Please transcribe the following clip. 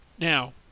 Now